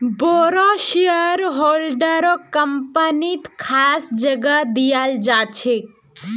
बोरो शेयरहोल्डरक कम्पनीत खास जगह दयाल जा छेक